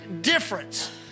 difference